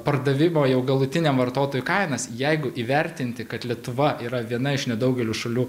pardavimo jau galutiniam vartotojui kainas jeigu įvertinti kad lietuva yra viena iš nedaugelio šalių